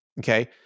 Okay